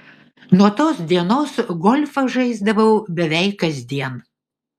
nuo tos dienos golfą žaisdavau beveik kasdien